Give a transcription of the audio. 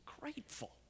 Grateful